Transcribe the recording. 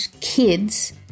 kids